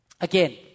Again